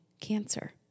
cancer